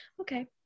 okay